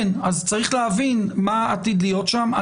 צריך להבין מה עתיד להיות שם.